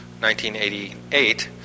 1988